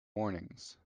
warnings